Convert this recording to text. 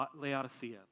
Laodicea